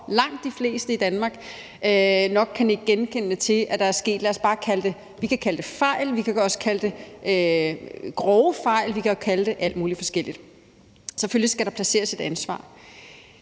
langt de fleste i Danmark nok kan nikke genkendende til at der er sket. Vi kan kalde det fejl, og vi kan også kalde det grove fejl; vi kan jo kalde det alt muligt forskelligt, men selvfølgelig skal der placeres et ansvar.